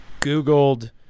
googled